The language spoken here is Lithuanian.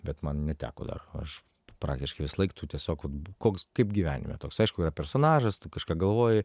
bet man neteko dar aš praktiškai visąlaik tu tiesiog koks kaip gyvenime toks aišku yra personažas tu kažką galvoji